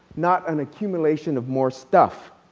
not an accumulation of more stuff.